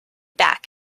back